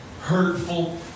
hurtful